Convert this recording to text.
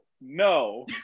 no